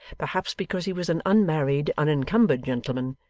perhaps because he was an unmarried, unencumbered gentleman,